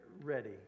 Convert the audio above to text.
ready